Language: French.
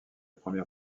première